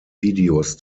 videos